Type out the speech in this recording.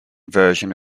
version